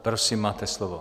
Prosím, máte slovo.